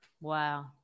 Wow